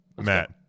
Matt